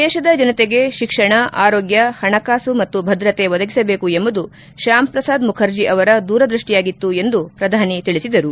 ದೇಶದ ಜನತೆಗೆ ಶಿಕ್ಷಣ ಆರೋಗ್ಲ ಹಣಕಾಸು ಮತ್ತು ಭದ್ರತೆ ಒದಗಿಸಬೇಕು ಎಂಬುದು ಶ್ಲಾಮ್ ಪ್ರಸಾದ್ ಮುಖರ್ಜಿ ಅವರ ದೂರದೃಷ್ಟಿಯಾಗಿತ್ತು ಎಂದು ಪ್ರಧಾನಿ ತಿಳಿಸಿದರು